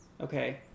Okay